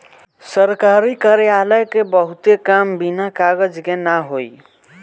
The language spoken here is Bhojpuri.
सरकारी कार्यालय क बहुते काम बिना कागज के ना होई